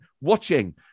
watching